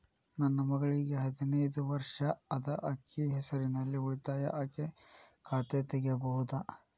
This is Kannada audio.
ನನ್ನ ಮಗಳಿಗೆ ಹದಿನೈದು ವರ್ಷ ಅದ ಅಕ್ಕಿ ಹೆಸರಲ್ಲೇ ಉಳಿತಾಯ ಖಾತೆ ತೆಗೆಯಬಹುದಾ?